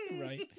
Right